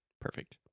Perfect